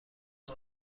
اره